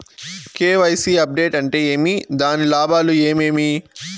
KYC update అంటే ఏమి? దాని లాభాలు ఏమేమి?